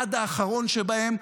עד האחרון שבהם,